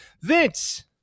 Vince